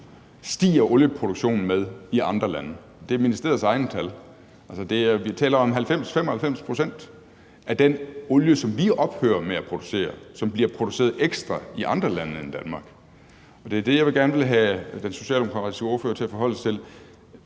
vi nu ophører med i Danmark. Det er ifølge ministeriets egne tal. Altså, vi taler om, at 90-95 pct. af den olie, som vi ophører med at producere, bliver produceret ekstra i andre lande end Danmark. Det er det, jeg gerne vil have den socialdemokratiske ordfører til at forholde sig til: